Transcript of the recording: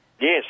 Yes